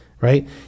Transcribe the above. right